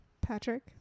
Patrick